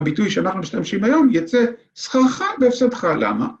‫הביטוי שאנחנו משתמשים היום ‫יוצא שכרך בהפסדך. למה?